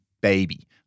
baby